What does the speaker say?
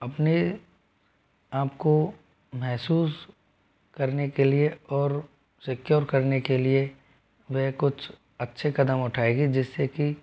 अपने आप को महसूस करने के लिए और सिक्योर करने के लिए वह कुछ अच्छे कदम उठाएगी जिससे कि